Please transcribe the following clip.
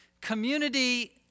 community